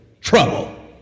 trouble